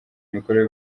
imikorere